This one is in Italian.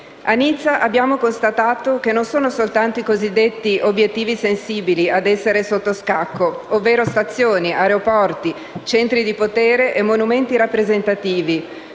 A Nizza abbiamo constatato che non sono soltanto i cosiddetti obiettivi sensibili ad essere sotto scacco, ovvero stazioni, aeroporti, centri di potere e monumenti rappresentativi,